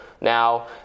now